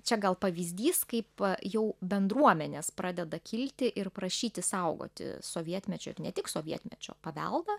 čia gal pavyzdys kaip jau bendruomenės pradeda kilti ir prašyti saugoti sovietmečio ir ne tik sovietmečio paveldą